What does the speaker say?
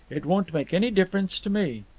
it won't make any difference to me.